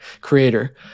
creator